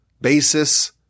basis